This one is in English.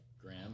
Graham